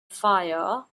fire